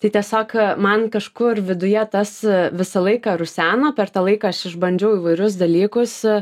tai tiesiog man kažkur viduje tas visą laiką ruseno per tą laiką aš išbandžiau įvairius dalykus